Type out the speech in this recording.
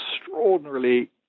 extraordinarily